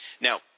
Now